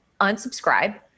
unsubscribe